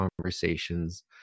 conversations